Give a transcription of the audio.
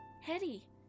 hetty